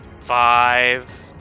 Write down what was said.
five